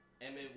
Emmett